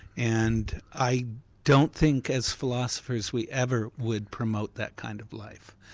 and i don't think as philosophers we ever would promote that kind of life.